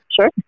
Sure